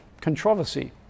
controversy